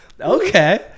Okay